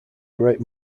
great